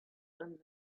when